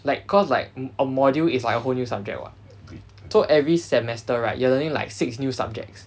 like cause like a module is like a whole new subject [what] so every semester right you are learning like six new subjects